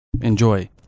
enjoy